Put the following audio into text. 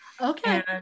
okay